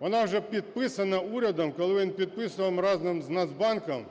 Вона вже підписана урядом, коли він підписував разом з Нацбанком